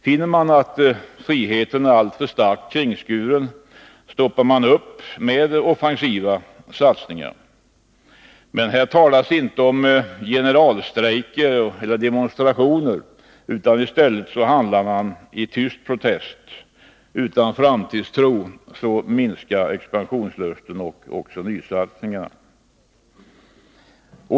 Finner man att friheten är alltför starkt kringskuren, stoppar man de offensiva satsningarna. Men här talas inte om generalstrejker och demonstrationer, utan i stället handlar man i tyst protest. Utan framtidstro minskar expansionslust och nysatsningar.